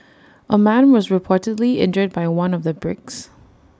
A man was reportedly injured by one of the bricks